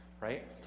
Right